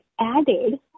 added